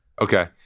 Okay